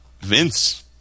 Vince